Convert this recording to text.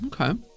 Okay